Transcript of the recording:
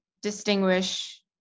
Distinguish